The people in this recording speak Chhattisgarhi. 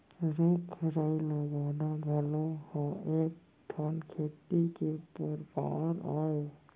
रूख राई लगाना घलौ ह एक ठन खेती के परकार अय